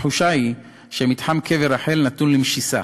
התחושה היא שמתחם קבר רחל נתון למשיסה,